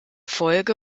folge